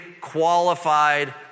qualified